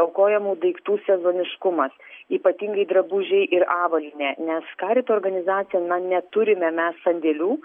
aukojamų daiktų sezoniškumas ypatingai drabužiai ir avalynė nes karito organizacija na neturime mes sandėlių